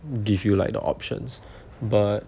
give you like the options but